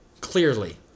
clearly